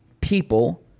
people